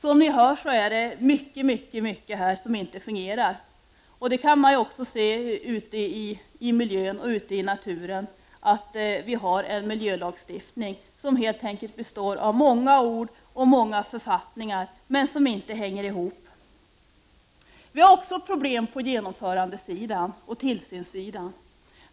Som ni hör är det mycket här som inte fungerar, och man kan också ute i miljön och ute i naturen se att vår miljölagstiftning, trots att den består av många ord och författningar, inte hänger ihop. Vi har också problem på genomförandeoch tillsynssidan.